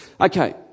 Okay